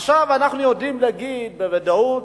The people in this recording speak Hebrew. עכשיו אנחנו יודעים להגיד בוודאות: